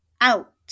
out